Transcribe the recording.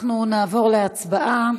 אנחנו נעבור להצבעה.